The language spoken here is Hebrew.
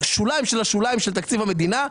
שוליים של השוליים של תקציב המדינה.